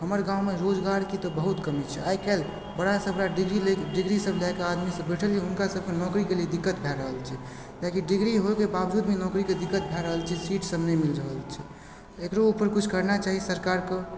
हमर गाँवमे रोजगारके तऽ बहुत कमी छै आइ काल्हि बड़ा सँ बड़ा डिग्री लएके डिग्री सब लएके आदमी सब बैठल यऽ हुनका सबके नौकरीके लिये दिक्कत भए रहल छै किएक कि डिग्री होइके बावजूद भी नौकरीके दिक्कत भए रहल छै सीट सब नहि मिल रहल छै एकरो उपर किछु करना चाही सरकारके